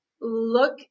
look